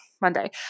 Monday